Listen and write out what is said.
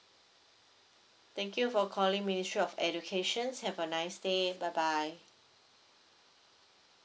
thank you for calling ministry of educations have a nice day bye bye